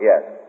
yes